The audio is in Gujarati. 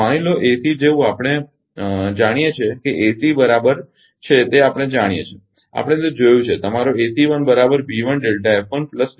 માની લો ACE જેવું આપણે જાણીએ છીએ કે ACE બરાબર છે તે આપણે જાણીએ છીએ કે આપણે તે જોયું છે તમારો